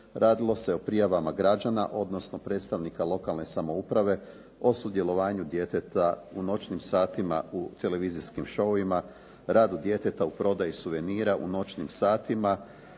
Radilo se o prijavama građana, odnosno predstavnika lokalne samouprave o sudjelovanju djeteta u noćnim satima u televizijskim show-ovima, radu djeteta u prodaju suvenira u noćnim satima,